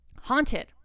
haunted